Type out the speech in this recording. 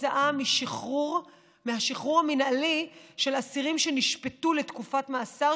כתוצאה מהשחרור המינהלי של אסירים שנשפטו לתקופות מאסר